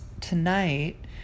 tonight